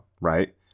right